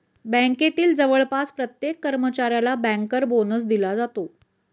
बँकेतील जवळपास प्रत्येक कर्मचाऱ्याला बँकर बोनस दिला जातो